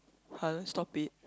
!huh! then stop it